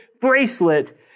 bracelet